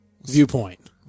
viewpoint